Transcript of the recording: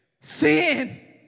sin